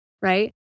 right